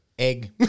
Egg